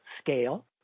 scale